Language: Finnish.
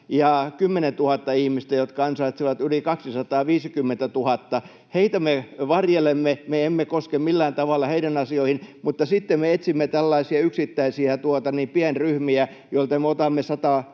10 000 ihmistä, jotka ansaitsevat yli 250 000. Heitä me varjelemme, me emme koske millään tavalla heidän asioihinsa, mutta sitten me etsimme tällaisia yksittäisiä pienryhmiä, joilta me otamme 100 tai